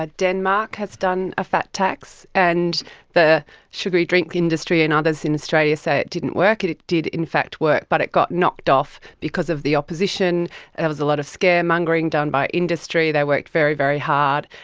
ah denmark has done a fat tax, and the sugary drink industry and others in australia say it didn't work, it it did in fact work but it got knocked off because of the opposition, and there was a lot of scaremongering done by industry, they worked very, very hard,